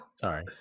Sorry